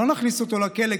לא נכניס אותו לכלא,